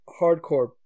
hardcore